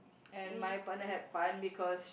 and my appointed had fine because